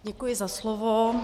Děkuji za slovo.